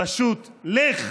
פשוט לך.